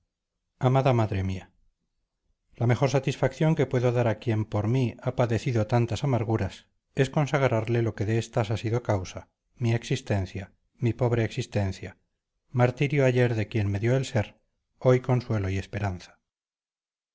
amada madre mía la mejor satisfacción que puedo dar a quien por mí ha padecido tantas amarguras es consagrarle lo que de estas ha sido causa mi existencia mi pobre existencia martirio ayer de quien me dio el ser hoy consuelo y esperanza